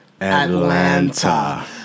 Atlanta